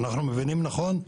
אנחנו מבינים נכון?